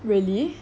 really